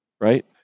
right